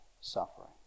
suffering